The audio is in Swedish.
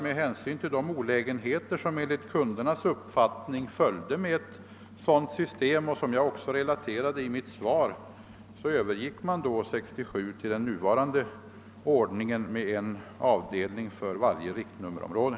Med hänsyn till de olägenheter som enligt kundernas uppfattning vidlådde ett sådant system och som jag också har relaterat i mitt svar Övergick man 1967 till den nuvarande ordningen med en avdelning för varje riktnummerområde.